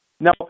Now